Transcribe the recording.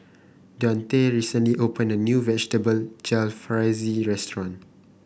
Dionte recently opened a new Vegetable Jalfrezi restaurant